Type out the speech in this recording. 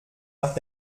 nach